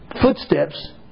footsteps